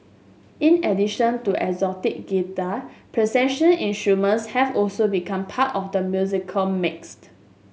in addition to acoustic guitar procession instruments have also become part of the musical mixed